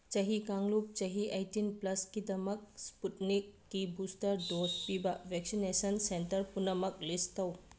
ꯆꯍꯤ ꯀꯥꯡꯂꯨꯞ ꯆꯍꯤ ꯑꯩꯇꯤꯟ ꯄ꯭ꯂꯁꯀꯤꯗꯃꯛ ꯁ꯭ꯄꯨꯠꯅꯤꯛꯀꯤ ꯕꯨꯁꯇꯔ ꯗꯣꯁ ꯄꯤꯕ ꯕꯦꯛꯁꯤꯅꯦꯁꯟ ꯁꯦꯟꯇꯔ ꯄꯨꯅꯃꯛ ꯂꯤꯁ ꯇꯧ